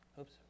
Oops